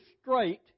straight